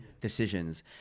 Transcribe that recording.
decisions